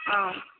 ஆ